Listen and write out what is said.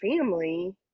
family